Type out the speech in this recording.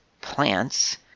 plants